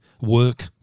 work